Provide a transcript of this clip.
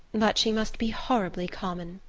but she must be horribly common.